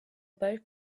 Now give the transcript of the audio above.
both